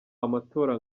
amatora